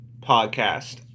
podcast